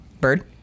Bird